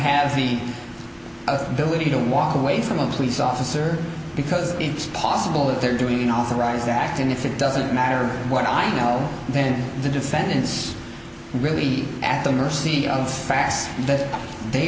ability to walk away from a police officer because it's possible that they're doing an authorized act and if it doesn't matter what i know then the defendant's really at the mercy of facts that they